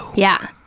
yeah.